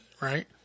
Right